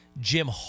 Jim